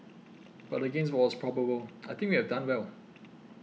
but against what was probable I think we have done well